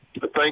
Thank